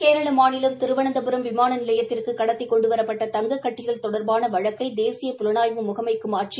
கேரள மாநிலம் திருவனந்தபுரம் விமான நிலையத்திற்கு கடத்தி கொண்டுவரப்பட்ட தங்கக் கட்டிகள் தொடர்பான வழக்கை தேசிய புலனாய்வு முகமைக்கு மாற்றி